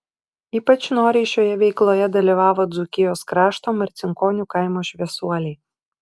ypač noriai šioje veikloje dalyvavo dzūkijos krašto marcinkonių kaimo šviesuoliai